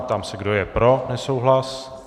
Ptám se, kdo je pro nesouhlas.